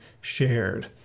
shared